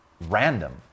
random